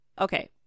Okay